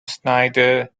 snyder